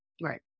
right